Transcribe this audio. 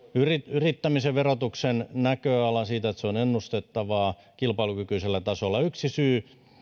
yrittämisen verotuksen näköala siitä että se on ennustettavaa kilpailukykyisellä tasolla se